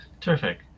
Terrific